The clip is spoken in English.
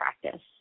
practice